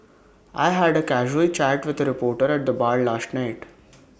I had A casual chat with A reporter at the bar last night